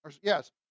Yes